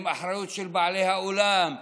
עם אחריות של בעלי האולם,